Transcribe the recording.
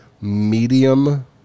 medium